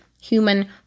human